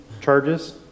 charges